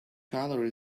colour